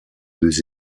deux